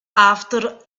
after